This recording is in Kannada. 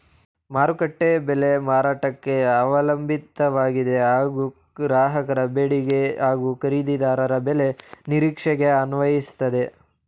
ಮಾರುಕಟ್ಟೆ ಬೆಲೆ ಮಾರುಕಟ್ಟೆಗೆ ಅವಲಂಬಿತವಾಗಿದೆ ಹಾಗೂ ಗ್ರಾಹಕನ ಬೇಡಿಕೆ ಹಾಗೂ ಖರೀದಿದಾರರ ಬೆಲೆ ನಿರೀಕ್ಷೆಗೆ ಅನ್ವಯಿಸ್ತದೆ